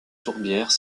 tourbières